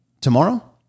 tomorrow